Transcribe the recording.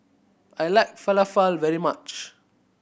I like Falafel very much